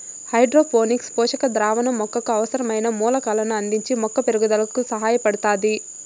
hydroponics పోషక ద్రావణం మొక్కకు అవసరమైన మూలకాలను అందించి మొక్క పెరుగుదలకు సహాయపడుతాది